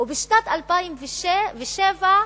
ובשנת 2007,